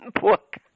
book